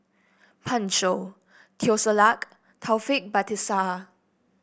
Pan Shou Teo Ser Luck Taufik Batisah